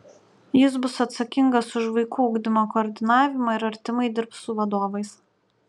jis bus atsakingas už vaikų ugdymo koordinavimą ir artimai dirbs su vadovais